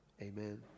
amen